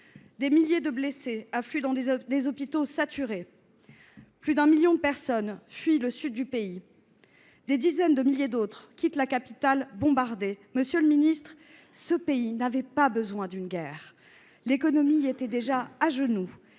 Des milliers de blessés affluent dans des hôpitaux saturés. Plus d’un million de personnes fuient le sud du pays. Des dizaines de milliers d’autres quittent la capitale bombardée. Monsieur le ministre, ce pays n’avait pas besoin d’une guerre. L’économie y était déjà à genoux.